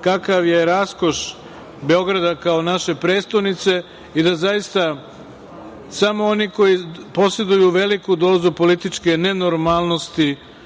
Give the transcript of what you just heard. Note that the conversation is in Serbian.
kakav je raskoš Beograda kao naše prestonice i da zaista, samo oni koji poseduju veliku dozu političke nenormalnosti,